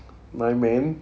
my main